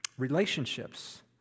relationships